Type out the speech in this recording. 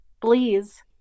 please